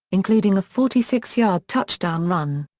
including a forty six yard touchdown run.